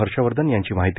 हर्षवर्धन यांची माहिती